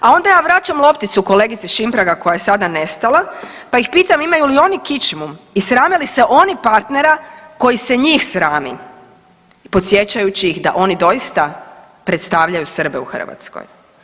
A onda ja vraćam lopticu kolegici Šimpraga koja je sada nestala pa ih pitam, imaju li oni kičmu i srame li se oni partnera koji se njih srami i podsjećaju ih da oni doista predstavljaju Srbe u Hrvatskoj.